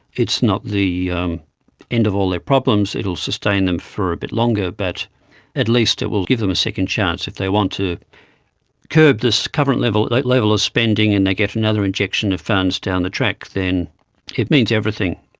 it's not the um end of all their problems. it will sustain them for a bit longer but at least it will give them a second chance. if they want to curb this current level like level of spending and they get another injection of funds down the track, then it means everything.